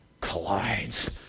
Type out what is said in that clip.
collides